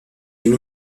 yeux